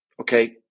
okay